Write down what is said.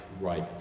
right